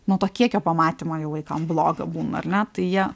nuo to kiekio pamatymo jau vaikam bloga būna ar ne tai jie